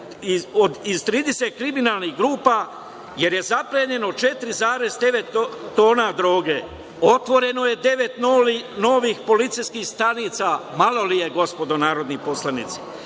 iz 30 kriminalnih grupa jer je zaplenjeno 4,9 tona droga. Otvoreno je devet novih policijskih stanica, malo li je gospodo narodni poslanici?